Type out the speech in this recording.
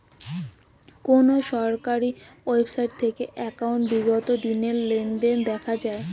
কোন সরকারি ওয়েবসাইট থেকে একাউন্টের বিগত দিনের লেনদেন দেখা যায়?